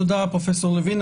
תודה פרופסור לוין,